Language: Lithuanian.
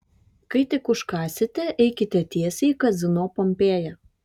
kai tik užkąsite eikite tiesiai į kazino pompėja